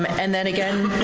and then again,